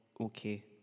okay